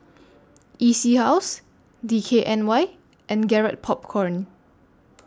E C House D K N Y and Garrett Popcorn